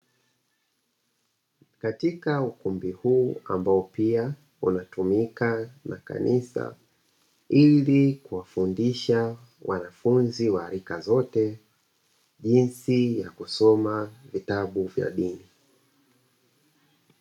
Katika ukumbi huu ambao pia unatumika na kanisa ili kuwafundisha wanafunzi wa rika zote jinsi ya kusoma vitabu vya dini.